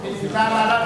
מי נמנע.